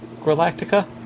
Galactica